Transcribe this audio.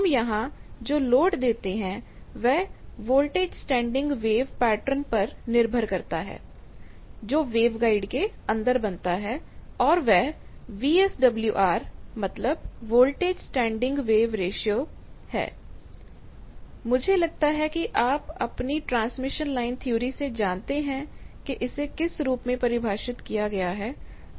हम यहां जो लोड देते हैं वह वोल्टेज स्टैंडिंग वेव पैटर्न पर निर्भर करता है जो वेवगाइड के अंदर बनता है और वह VSWR मतलब वोल्टेज स्टैंडिंग वेव रेशियो मुझे लगता है कि आप अपनी ट्रांसमिशन लाइन थ्योरी से जानते हैं कि इसे किस रूप में परिभाषित किया गया है